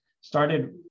started